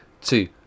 two